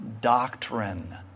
doctrine